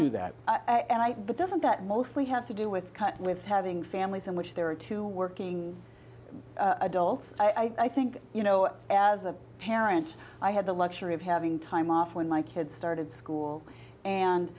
do that and i but doesn't that mostly have to do with with having families in which there are two working adults i think you know as a parent i had the luxury of having time off when my kids started school and